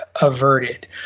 averted